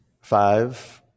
five